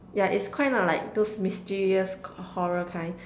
yeah it's kind of like those mysterious horror kind